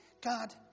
God